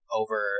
over